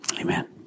Amen